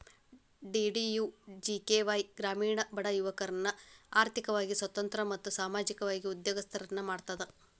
DDUGKY ಗ್ರಾಮೇಣ ಬಡ ಯುವಕರ್ನ ಆರ್ಥಿಕವಾಗಿ ಸ್ವತಂತ್ರ ಮತ್ತು ಸಾಮಾಜಿಕವಾಗಿ ಉದ್ಯೋಗಸ್ತರನ್ನ ಮಾಡ್ತದ